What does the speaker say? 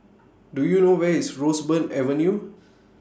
Do YOU know Where IS Roseburn Avenue